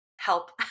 help